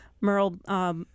Merle